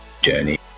journey